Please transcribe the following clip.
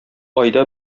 айда